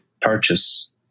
purchase